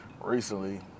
recently